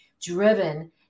driven